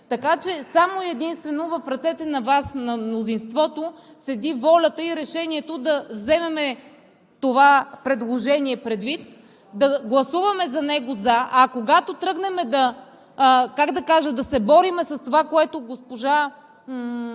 Така че единствено в ръцете на мнозинството седи волята и решението да вземем това предложение предвид, да гласуваме за него „за“, а когато тръгнем да се борим с това, което госпожа